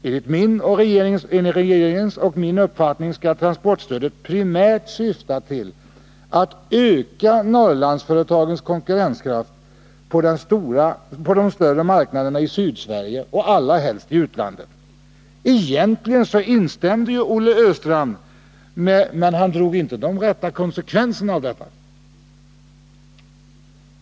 Enligt regeringens och min uppfattning skall transportstödet primärt syfta till att öka Norrlandsföretagens konkurrenskraft på de större marknaderna i Sydsverige och allra helst i utlandet — egentligen instämde ju Olle Östrand i detta, men han drog inte de rätta konsekvenserna av det.